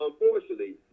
Unfortunately